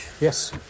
yes